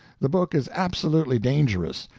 the book is absolutely dangerous,